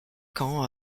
camps